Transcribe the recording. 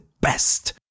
best